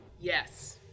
Yes